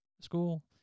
school